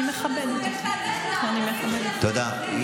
אני מכבדת, תודה.